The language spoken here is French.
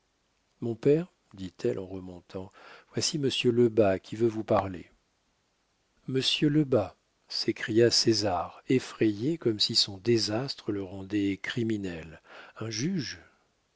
mon père dit-elle en remontant voici monsieur lebas qui veut vous parler monsieur lebas s'écria césar effrayé comme si son désastre le rendait criminel un juge